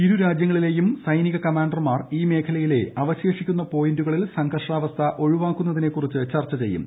ഇരു രാജ്യങ്ങളിലെയും ക്സെനിക കമാൻഡർമാർ ഈ മേഖലയിലെ അവശേഷിക്കുന്ന പോയിന്റുകളിൽ സംഘർഷാവസ്ഥ ഒഴിവാക്കുന്നതിനെക്കുറിച്ച് ചർച്ച ചെയ്യും